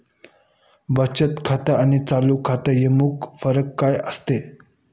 बचत खाते आणि चालू खाते यामध्ये फरक काय असतो?